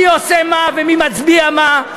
מי עושה מה ומי מצביע מה,